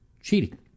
cheating